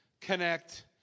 connect